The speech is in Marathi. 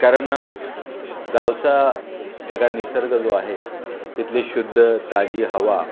कारण गावचा सगळा निसर्ग जो आहे तिथली शुद्ध ताजी हवा